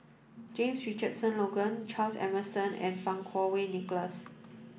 James Richardson Logan Charles Emmerson and Fang Kuo Wei Nicholas